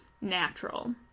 natural